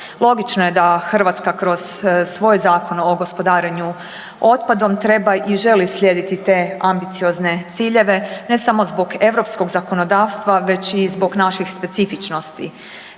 Logično je da Hrvatska kroz svoj Zakon o gospodarenju otpadom treba i želi slijediti te ambiciozne ciljeve ne samo zbog europskog zakonodavstva već i zbog naših specifičnosti.